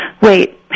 Wait